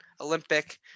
Olympic